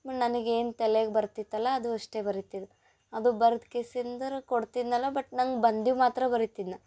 ನನಗೆ ಏನು ತಲೆಯಾಗ ಬರ್ತಿತ್ತಲ್ಲ ಅದು ಅಷ್ಟೇ ಬರಿತಿದ್ದೆ ಅದು ಬರ್ದ ಕೇಸಿಂದರೆ ಕೊಡ್ತಿನಲ್ಲ ಬಟ್ ನಂಗೆ ಬಂದಿದ್ ಮಾತ್ರ ಬರಿತಿದ್ನ